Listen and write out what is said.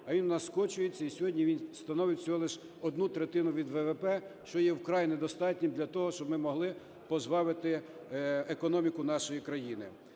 він у нас скочується і сьогодні він становить всього лише одну третину від ВВП, що є вкрай недостатнім для того, щоб ми могли пожвавити економіку нашої країни.